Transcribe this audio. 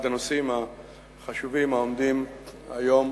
אחד הנושאים החשובים העומדים היום